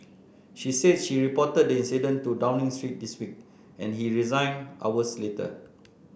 she said she reported the incident to Downing Street this week and he resigned hours later